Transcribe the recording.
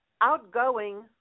outgoing